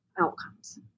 outcomes